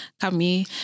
Kami